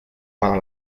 para